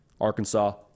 Arkansas